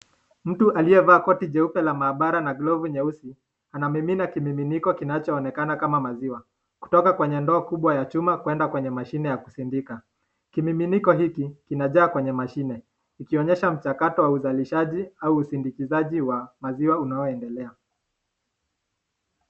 Mtu aliyevaa koti jeupe ya maabara na glovu nyeusi, anamimina kimiminiko kinacho onekana kama maziwa, kutoka kwenye ndoo kubwa ya chuma kuenda kwenye mashine ya kusindikiza, kimiminiko hii kinajaa kwenye mashine, ikionyesha mchakato wa uzalishaji au usindikizaji wa maziwa unaoendelea.